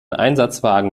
einsatzwagen